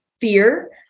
fear